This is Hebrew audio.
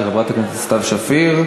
של חברת הכנסת סתיו שפיר,